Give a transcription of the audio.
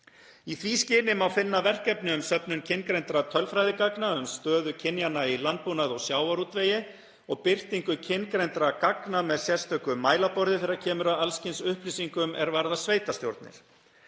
Í því skyni má finna verkefni um söfnun kyngreindra tölfræðigagna um stöðu kynjanna í landbúnaði og sjávarútvegi og birtingu kyngreindra gagna með sérstöku mælaborði þegar kemur að alls kyns upplýsingum er varða sveitarstjórnir.